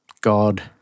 God